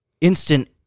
instant